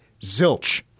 zilch